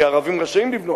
כי ערבים רשאים לבנות,